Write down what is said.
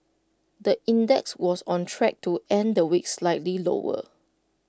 the index was on track to end the week slightly lower